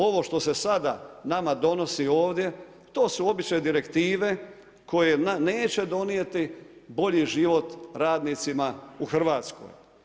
Ovo što se sada nama donosi ovdje, to su obično direktive koje neće donijeti bolji život radnicima u Hrvatskoj.